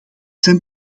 zijn